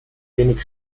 wenig